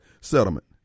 settlement